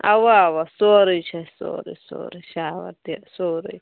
اوا اوا سورٕے چھُ أسۍ سورٕے سورٕے شاوَر تہِ سورٕے